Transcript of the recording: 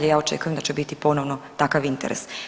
Ja očekujem da će biti ponovno takav interes.